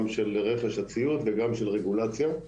גם של רכש הציוד וגם של רגולציה.